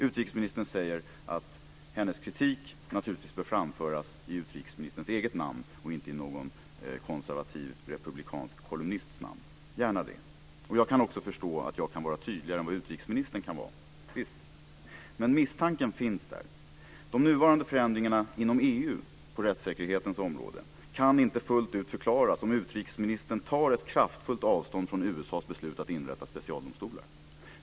Utrikesministern säger att hennes kritik bör framföras i hennes eget namn och inte i någon konservativ republikansk kolumnists namn. Gärna det! Jag kan också förstå att jag kan vara tydligare än vad utrikesministern kan vara. Men misstanken finns där. De nuvarande förändringarna inom EU på rättssäkerhetens område kan inte fullt ut förklaras om utrikesministern tar ett kraftfullt avstånd från USA:s beslut att inrätta specialdomstolar.